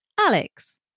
Alex